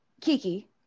Kiki